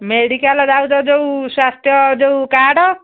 medical ଯାଉଛ ଯେଉଁ ସ୍ୱାସ୍ଥ୍ୟ ଯେଉଁ କାର୍ଡ଼